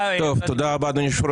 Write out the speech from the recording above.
תודה רבה, אדוני היושב-ראש.